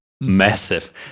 massive